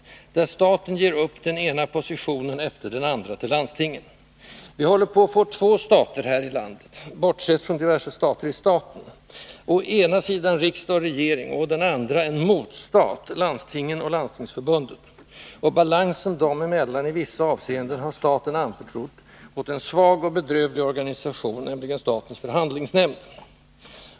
Staten ger upp den ena positionen efter den andra till landstingen. Vi håller på att få två stater här i landet, bortsett från diverse stater i staten, nämligen å ena sidan riksdag och regering, å den andra en motstat: landstingen och Landstingsförbundet. Balansen dem emellan har staten i vissa hänseenden anförtrott åt en svag och bedrövlig organisation, nämligen statens förhandlingsnämnd.